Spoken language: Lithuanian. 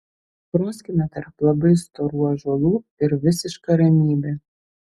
proskyna tarp labai storų ąžuolų ir visiška ramybė